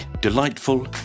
delightful